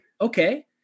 Okay